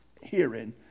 hearing